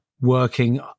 working